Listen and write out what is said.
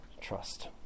trust